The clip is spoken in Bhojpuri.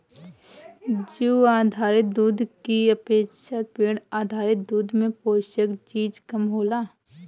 जीउ आधारित दूध की अपेक्षा पेड़ आधारित दूध में पोषक चीज कम होला